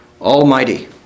Almighty